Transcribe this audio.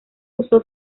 usó